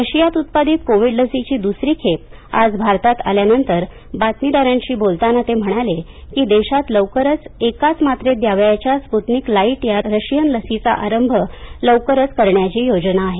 रशियात उत्पादित कोविड लसीची दुसरी खेप आज भारतात आल्यानंतर बातमीदारांशी बोलताना ते म्हणाले की देशात लवकरच एकाच मात्रेत द्यावयाच्या स्पुतनिक लाईट या रशियन लसीचा आरंभ लवकरच करण्याची योजना आहे